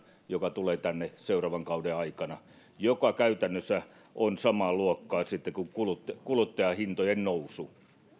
joka tulee tänne seuraavan kauden aikana on noin kuusi pilkku viisi senttiä litralta mikä käytännössä sitten on samaa luokkaa kuin kuluttajahintojen nousu